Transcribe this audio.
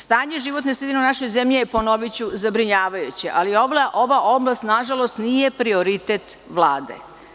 Stanje životne sredine u našoj zemlji je, ponoviću, zabrinjavajuće, ali ova oblast nažalost nije prioritet Vlade.